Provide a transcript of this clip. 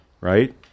right